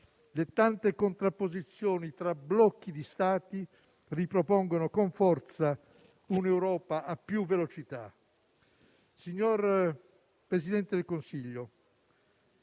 le tante contrapposizioni tra blocchi di Stati ripropongono con forza un'Europa a più velocità. Signor Presidente del Consiglio,